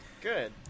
Good